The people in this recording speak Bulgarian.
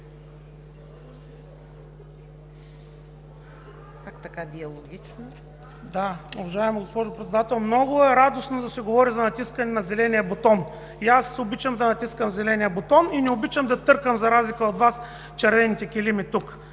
ЙОРДАН АПОСТОЛОВ (ОП): Уважаема госпожо Председател, много е радостно да се говори за натискане на зеления бутон. И аз обичам да натискам зеления бутон и не обичам да търкам, за разлика от Вас, червените килими тук,